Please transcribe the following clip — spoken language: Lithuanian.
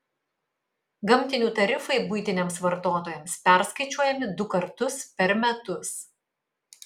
gamtinių tarifai buitiniams vartotojams perskaičiuojami du kartus per metus